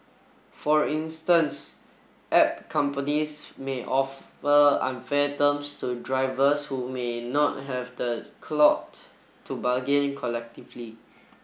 for instance app companies may offer unfair terms to drivers who may not have the clout to bargain collectively